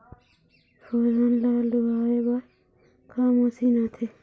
फोरन ला लुआय बर का मशीन आथे?